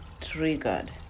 triggered